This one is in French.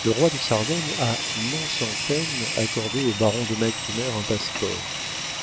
le roi de sardaigne a non sans peine accordé au baron de macumer un passe-port